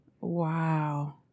Wow